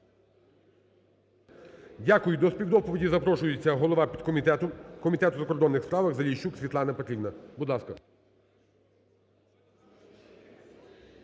Дякую. До співдоповіді запрошується голова підкомітету Комітету у закордонних справах Заліщук Світлана Петрівна. Будь ласка.